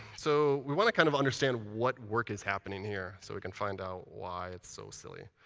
so we want to kind of understand what work is happening here so we can find out why it's so silly.